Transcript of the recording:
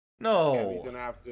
No